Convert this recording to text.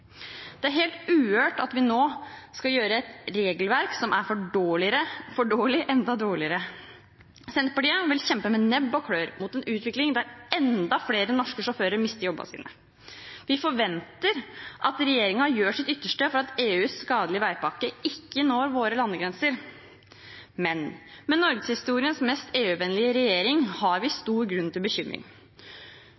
Det er helt uhørt at vi nå skal gjøre et regelverk som er for dårlig, enda dårligere. Senterpartiet vil kjempe med nebb og klør mot en utvikling der enda flere norske sjåfører mister jobben sin. Vi forventer at regjeringen gjør sitt ytterste for at EUs skadelige veipakke ikke når våre landegrenser. Men med norgeshistoriens mest EU-vennlige regjering har vi